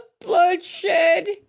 bloodshed